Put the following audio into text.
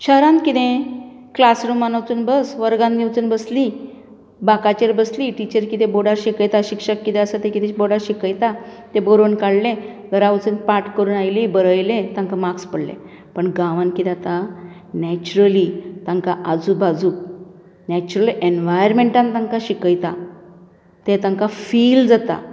शहरांत कितें क्लासरुमांत वचून बर वर्गांत बी वचून बसलीं बांकांचेर बसलीं टीचर जें कितें बोर्डार शिकयता शिक्षक कितें आसा तें बोर्डार शिकयता तें बरोवन काडलें घरा वचून पाठ करून आयलीं बरयलें तांकां मार्क्स पडले पूण गांवांत कितें जाता नेच्युरली तांकां आजू बाजू नेच्युरल एन्वायर्नमेंटांत तांकां शिकयतात तें तांकां फील जाता